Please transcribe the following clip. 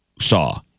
saw